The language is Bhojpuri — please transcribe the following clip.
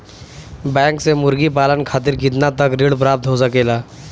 बैंक से मुर्गी पालन खातिर कितना तक ऋण प्राप्त हो सकेला?